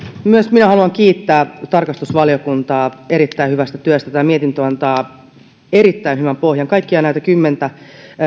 myös minä haluan kiittää tarkastusvaliokuntaa erittäin hyvästä työstä tämä mietintö antaa erittäin hyvän pohjan kaikkia näitä kymmentä